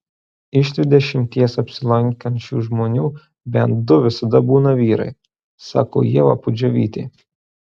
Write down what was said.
iš dvidešimties apsilankančių žmonių bent du visada būna vyrai sako ieva pudževytė